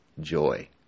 joy